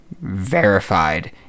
verified